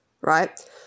Right